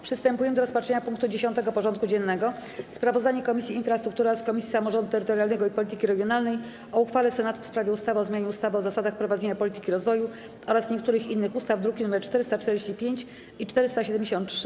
Przystępujemy do rozpatrzenia punktu 10. porządku dziennego: Sprawozdanie Komisji Infrastruktury oraz Komisji Samorządu Terytorialnego i Polityki Regionalnej o uchwale Senatu w sprawie ustawy o zmianie ustawy o zasadach prowadzenia polityki rozwoju oraz niektórych innych ustaw (druki nr 445 i 473)